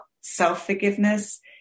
self-forgiveness